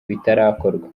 bitarakorwa